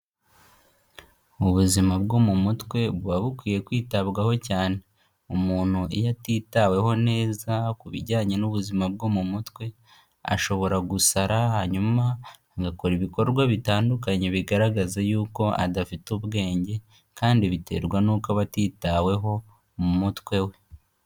Ubuzima bwo mu mutwe buba bukwiye kwitabwaho cyane. Umuntu iyo atitaweho neza ku bijyanye n'ubuzima bwo mu mutwe, ashobora gusara, hanyuma agakora ibikorwa bitandukanye bigaragaza yuko adafite ubwenge, kandi biterwa n'uko aba atitaweho mu mutwe we.